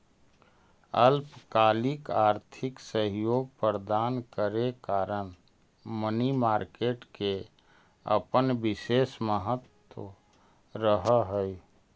अल्पकालिक आर्थिक सहयोग प्रदान करे कारण मनी मार्केट के अपन विशेष महत्व रहऽ हइ